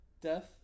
death